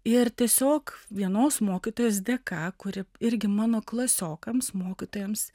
ir tiesiog vienos mokytojos dėka kuri irgi mano klasiokams mokytojams